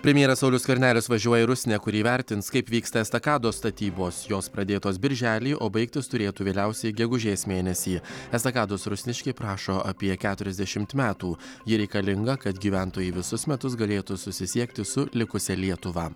premjeras saulius skvernelis važiuoja į rusnę kur įvertins kaip vyksta estakados statybos jos pradėtos birželį o baigtis turėtų vėliausiai gegužės mėnesį estakados rusniškiai prašo apie keturiasdešimt metų ji reikalinga kad gyventojai visus metus galėtų susisiekti su likusia lietuva